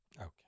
Okay